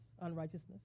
unrighteousness